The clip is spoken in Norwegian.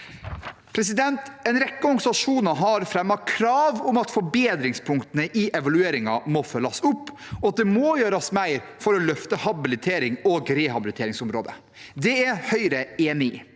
bedre. En rekke organisasjoner har fremmet krav om at forbedringspunktene i evalueringen må følges opp, og at det må gjøres mer for å løfte habiliterings- og rehabiliteringsområdet. Det er Høyre enig i,